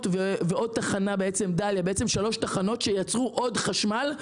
תחנות שייצרו עוד חשמל.